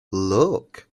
look